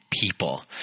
People